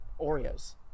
Oreos